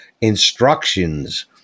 Instructions